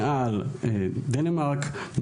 מעל דנמרק,